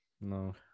No